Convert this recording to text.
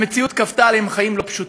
המציאות כפתה עליהם חיים לא פשוטים.